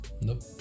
Nope